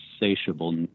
insatiable